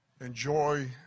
enjoy